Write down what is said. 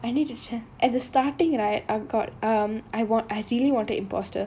oh ya I need cha~ at the starting right I got um I wa~ I really wanted imposter